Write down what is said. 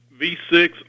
V6